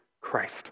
Christ